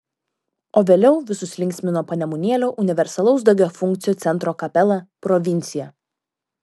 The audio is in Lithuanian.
o vėliau visus linksmino panemunėlio universalaus daugiafunkcio centro kapela provincija